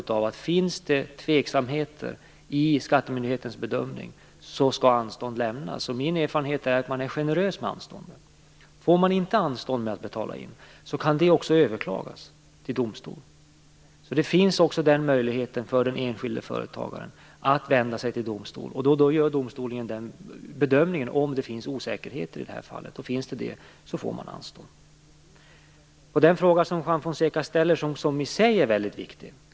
Finns det tveksamheter i skattemyndighetens bedömning skall anstånd lämnas. Min erfarenhet är att man är generös med anstånden. Får företagaren inte anstånd med att betala in skatt kan det beslutet överklagas i domstol. Den enskilde företagaren har möjligheten att vända sig till domstol. Domstolen bedömer om det råder osäkerhet i fallet, och gör det detta får företagaren anstånd. Juan Fonseca ställer en fråga som i sig är väldigt viktig.